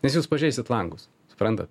nes jūs pažeisit langus suprantat